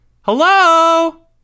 Hello